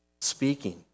speaking